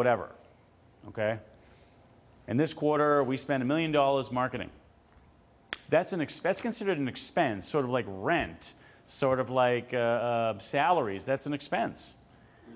whatever ok and this quarter we spent a million dollars marketing that's an expense considered an expense sort of like rent sort of like salaries that's an expense